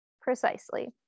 precisely